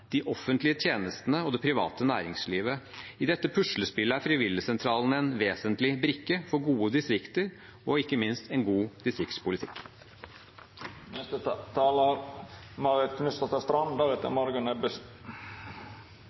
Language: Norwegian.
de offentlige tjenestene og det private næringslivet. I dette puslespillet er frivilligsentralene en vesentlig brikke for gode distrikter og ikke minst en god